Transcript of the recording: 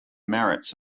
merits